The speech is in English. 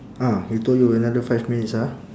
ah he told you another five minutes ah